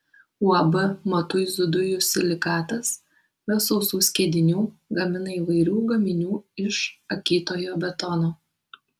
uab matuizų dujų silikatas be sausų skiedinių gamina įvairių gaminių iš akytojo betono